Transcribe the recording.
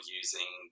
using